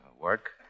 work